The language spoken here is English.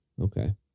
Okay